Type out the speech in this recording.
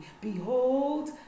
behold